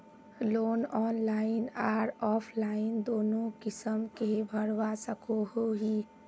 Loan online आर offline दोनों किसम के भरवा सकोहो ही?